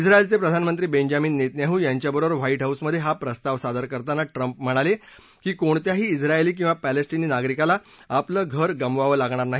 झाएलचे प्रधानमंत्री Benjamin Netanyahu यांच्याबरोबर White हाऊसमधे हा प्रस्ताव सादर करताना ट्रम्प म्हणाले की कोणत्याही आएली किंवा पॅलेस्टीनी नागरिकाला आपलं घर गमवाव लागणार नाही